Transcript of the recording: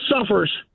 suffers